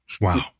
Wow